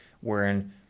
wherein